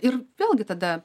ir vėlgi tada